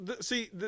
see